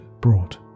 brought